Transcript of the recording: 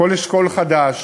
בכל אשכול חדש